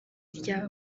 rya